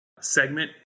segment